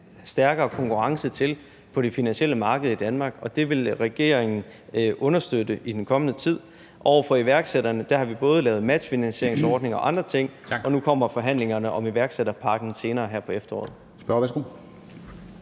stærkere konkurrence på det finansielle marked i Danmark, og det vil regeringen understøtte i den kommende tid. Over for iværksætterne har vi både lavet matchfinansieringsordninger og andre ting, og nu kommer forhandlingerne om iværksætterpakken senere på efteråret.